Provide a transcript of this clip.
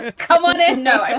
ah come on. and no and